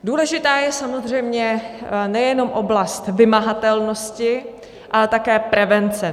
Důležitá je samozřejmě nejenom oblast vymahatelnosti, ale také prevence.